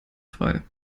frei